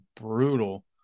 brutal